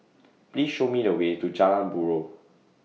Please Show Me The Way to Jalan Buroh